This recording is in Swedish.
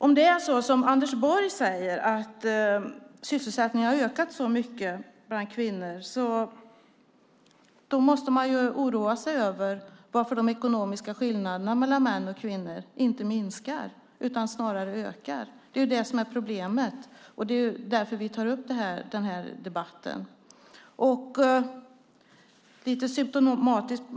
Om det är som Anders Borg säger, att sysselsättningen bland kvinnor ökat, är det oroväckande att de ekonomiska skillnaderna mellan män och kvinnor inte minskar utan snarare ökar. Just det är problemet, och det är därför vi för denna debatt. Det svar Anders Borg ger är lite symtomatiskt.